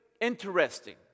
interesting